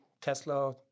Tesla